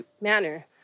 manner